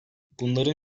bunların